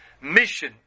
mission